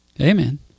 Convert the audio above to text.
Amen